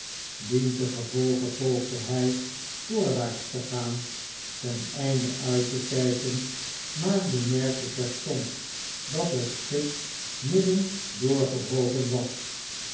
dientengevolge poogde hjj voorwaarts te gaan ten einde uit tekijken maar bemerkte terstond dat het schip midden doorgebroken was